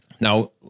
Now